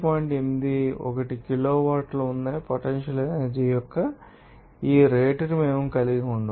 81 కిలోవాట్లు ఉన్నందున potential energy యొక్క ఈ రేటును మేము కలిగి ఉండవచ్చు